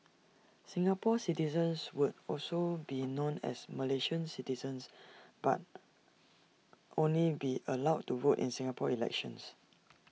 Singapore citizens would also be known as Malaysian citizens but only be allowed to vote in Singapore elections